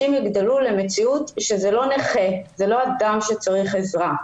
שאנשים יגדלו למציאות שזה לא נכה, אדם שצריך עזרה,